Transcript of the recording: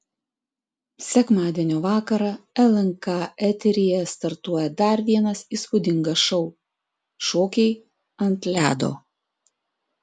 sekmadienio vakarą lnk eteryje startuoja dar vienas įspūdingas šou šokiai ant ledo